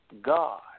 God